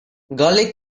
garlic